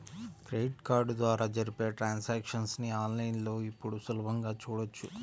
credit card ద్వారా జరిపే transactions ని ఆన్ లైన్ లో ఇప్పుడు సులభంగా చూడొచ్చు